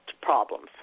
problems